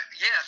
yes